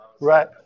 Right